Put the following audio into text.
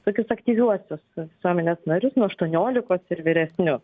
tokius aktyviuosius visuomenės narius nuo aštuoniolikos ir vyresnius